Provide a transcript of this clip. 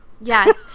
Yes